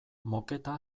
moketa